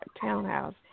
townhouse